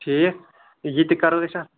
ٹھیٖک یِتہِ کَرو أسۍ اتھ